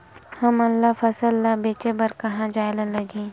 हमन ला फसल ला बेचे बर कहां जाये ला लगही?